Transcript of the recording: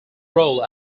role